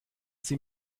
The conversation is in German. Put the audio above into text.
sie